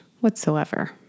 whatsoever